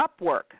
Upwork